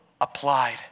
applied